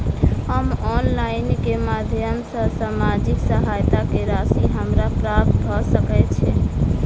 हम ऑनलाइन केँ माध्यम सँ सामाजिक सहायता केँ राशि हमरा प्राप्त भऽ सकै छै?